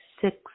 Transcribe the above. six